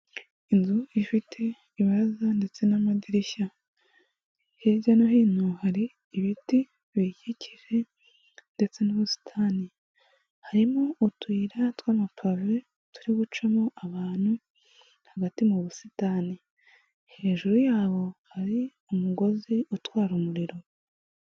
Inzu ifite ibaraza ndetse n'amadirishya ,hirya no hino hari ibiti biyikikije ndetse n'ubusitani. Harimo utuyira tw'amapave turi gucamo abantu hagati mu busitani ,hejuru yabo hari umugozi utwara umuriro.